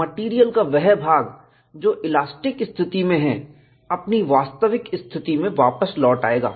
material का वह भाग जो इलास्टिक स्तिथि में है अपनी वास्तविक स्थिति में वापस लौट आएगा